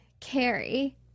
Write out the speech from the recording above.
Carrie